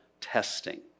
testing